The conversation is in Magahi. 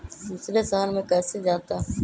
दूसरे शहर मे कैसे जाता?